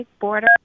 border